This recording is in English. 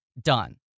done